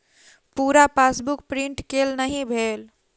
पूरा passbook print केल नहि भेल